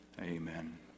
Amen